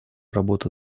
работы